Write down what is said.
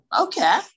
Okay